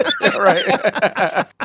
Right